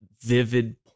vivid